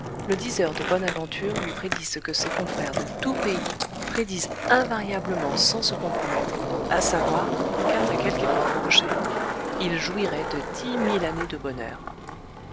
le diseur de bonne aventure lui prédit ce que ses confrères de tous pays prédisent invariablement sans se compromettre à savoir qu'après quelque épreuve prochaine il jouirait de dix mille années de bonheur